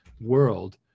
world